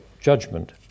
judgment